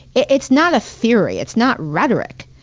it's not a theory, it's not rhetoric.